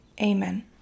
amen